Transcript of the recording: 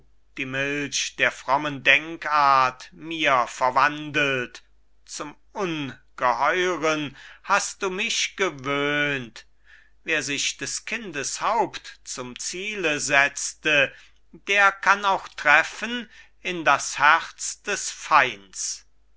die milch der frommen denkart mir verwandelt zum ungeheuren hast du mich gewöhnt wer sich des kindes haupt zum ziele setzte der kann auch treffen in das herz des feinds